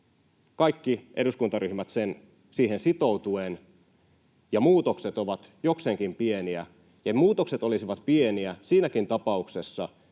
kaikki eduskuntaryhmät siihen sitoutuen, ja muutokset ovat jokseenkin pieniä, ja muutokset olisivat pieniä siinäkin tapauksessa,